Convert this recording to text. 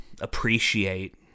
appreciate